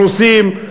רוסים,